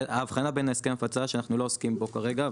האבחנה בין הסכם הפצה שאנחנו לא עוסקים בו כרגע,